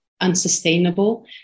unsustainable